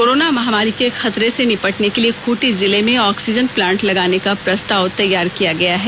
corona महामारी के खतरे से निपटने के लिए खूंटी जिले में ऑक्सीजन प्लांट लगाने का प्रस्ताव तैयार किया गया है